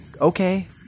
Okay